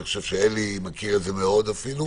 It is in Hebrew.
אלי אבידר מכיר את זה מאוד אפילו